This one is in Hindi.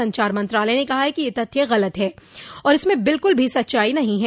संचार मंत्रालय ने कहा कि यह तथ्य गलत है और इसम बिल्कुल भी सच्चाई नहीं है